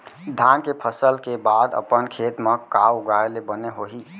धान के फसल के बाद अपन खेत मा का उगाए ले बने होही?